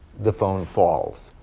the phone falls.